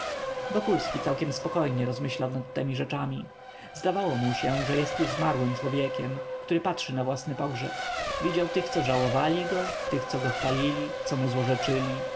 wokulski całkiem spokojnie rozmyślał nad temi rzeczami zdawało mu się że już jest zmarłym człowiekiem który patrzy na własny pogrzeb widział tych co żałowali go co go chwalili co mu złorzeczyli